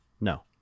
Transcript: No